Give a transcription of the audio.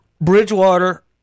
Bridgewater